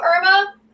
Irma